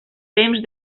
temps